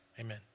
Amen